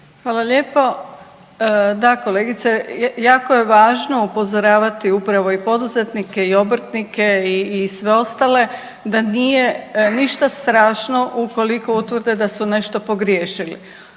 Hvala lijepo, da kolegice jako je važno upozoravati upravo i poduzetnike i obrtnike i sve ostale da nije ništa strašno ukoliko utvrde su nešto pogriješili.